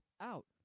out